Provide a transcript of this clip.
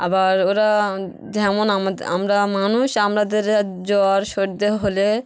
আবার ওরা যেমন আমা আমরা মানুষ আমাদের জ্বর সর্দি হলে